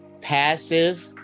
passive